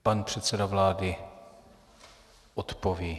Pan předseda vlády odpoví.